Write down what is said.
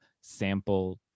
Sample